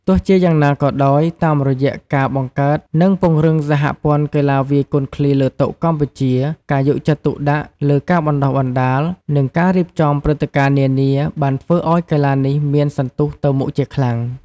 ទោះជាយ៉ាងណាក៏ដោយ តាមរយៈការបង្កើតនិងពង្រឹងសហព័ន្ធកីឡាវាយកូនឃ្លីលើតុកម្ពុជា ការយកចិត្តទុកដាក់លើការបណ្ដុះបណ្ដាល និងការរៀបចំព្រឹត្តិការណ៍នានាបានធ្វើឱ្យកីឡានេះមានសន្ទុះទៅមុខជាខ្លាំង។